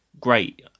great